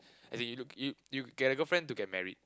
as in you look you you get a girlfriend to get married